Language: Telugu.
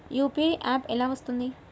యూ.పీ.ఐ యాప్ ఎలా వస్తుంది?